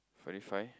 forty five